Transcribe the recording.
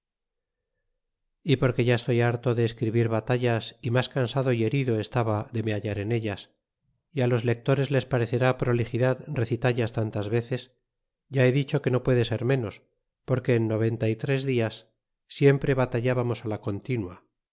porque ya estoy harto de escribir batallas y mas cansado y herido estaba de me hallar en ellas y los lectores les parecerá prolixidad recitallas tantas veces ya he dicho que no puede ser ménos porque en noventa y tres dias siempre batallábamos la continua